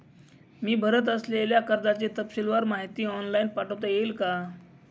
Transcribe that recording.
मी भरत असलेल्या कर्जाची तपशीलवार माहिती ऑनलाइन पाठवता येईल का?